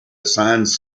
assigns